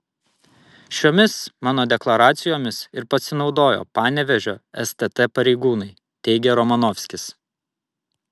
šiomis mano deklaracijomis ir pasinaudojo panevėžio stt pareigūnai teigė romanovskis